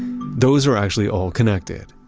those are actually all connected.